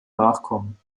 nachkommen